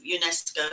unesco